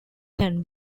can